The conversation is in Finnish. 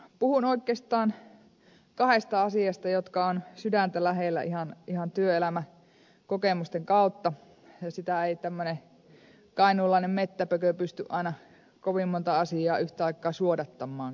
no puhun oikeastaan kahdesta asiasta jotka ovat sydäntä lähellä ihan työelämäkokemusten kautta ja sitä ei tämmöinen kainuulainen mettäpökö pysty aina kovin montaa asiaa yhtä aikaa suodattamaankaan